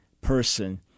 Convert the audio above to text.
person